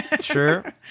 Sure